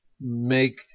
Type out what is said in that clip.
make